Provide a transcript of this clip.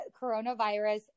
coronavirus